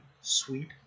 sweet